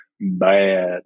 bad